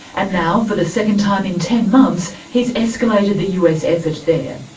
and now for the second time in ten months he has escalated the us effort there.